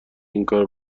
اینکار